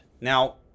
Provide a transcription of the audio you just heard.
Now